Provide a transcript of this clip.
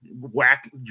whack